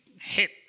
hit